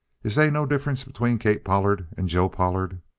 is they no difference between kate pollard and joe pollard?